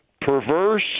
Perverse